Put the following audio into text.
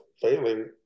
failing